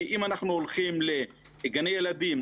אם אנחנו הולכים לגני ילדים,